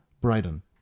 Brighton